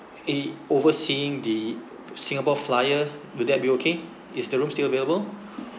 eh overseeing the singapore flyer will that be okay is the room still available